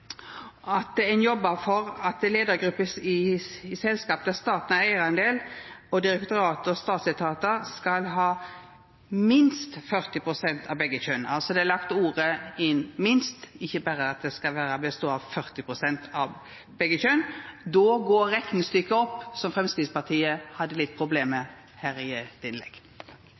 at ein jobbar for at leiargrupper i selskap der staten har eigardel, direktorat og statsetatar skal ha minst 40 pst. av begge kjønn – ein har altså lagt inn ordet «minst», ikkje berre at det skal bestå av 40 pst. av begge kjønn. Då går det opp, det reknestykket som Framstegspartiet hadde litt problem med her i